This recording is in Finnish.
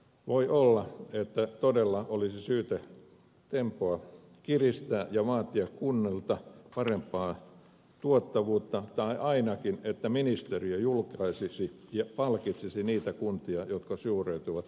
voi olla että todella olisi syytä tempoa kiristää ja vaatia kunnilta parempaa tuottavuutta tai ainakin että ministeriö julkaisisi ja palkitsisi niitä kuntia jotka suoriutuvat